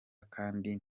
kandi